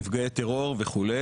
נפגעי טרור וכו',